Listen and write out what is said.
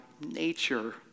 nature